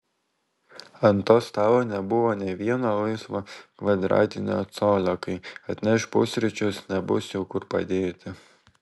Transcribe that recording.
ant to stalo nebuvo nė vieno laisvo kvadratinio colio kai atneš pusryčius nebus jų kur padėti